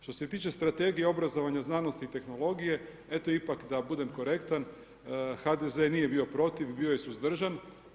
Što se tiče Strategije obrazovanja, znanosti i tehnologije, eto ipak da budem korektan, HDZ nije bio protiv, bio je suzdržan.